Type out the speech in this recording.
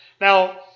Now